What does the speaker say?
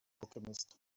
alchemist